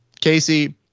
Casey